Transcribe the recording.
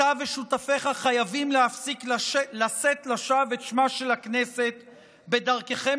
אתה ושותפיך חייבים להפסיק לשאת לשווא את שמה של הכנסת בדרככם